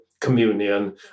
communion